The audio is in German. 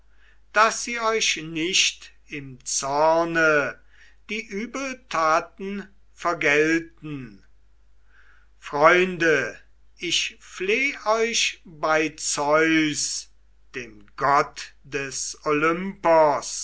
daß sie euch nicht im zorne die übeltaten vergelten freunde ich fleh euch bei zeus dem gott des olympos